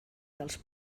dels